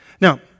Now